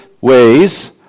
ways